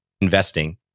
Investing